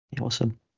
Awesome